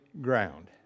ground